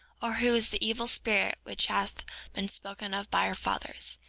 or who is the evil spirit which hath been spoken of by our fathers,